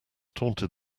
taunted